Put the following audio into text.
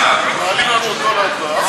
אני עובר להצבעה.